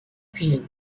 cuisine